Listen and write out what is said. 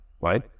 right